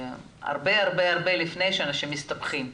אחרי שהוא נופל גם עשרה אנשים לא יוכלו להרים אותו.